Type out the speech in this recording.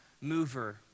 mover